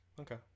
Okay